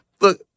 look